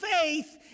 faith